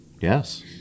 yes